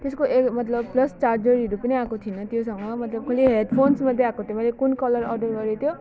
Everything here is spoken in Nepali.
त्यसको ए मतलब प्लस चार्जरहरू पनि आएको थिएन त्योसँग मतलब कसले हेडफोन्स मात्रै आएको थियो मैले कुन कलर अर्डर गरेको थियो